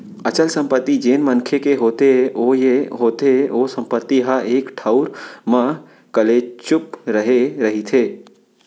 अचल संपत्ति जेन मनखे के होथे ओ ये होथे ओ संपत्ति ह एक ठउर म कलेचुप रहें रहिथे